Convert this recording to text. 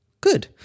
Good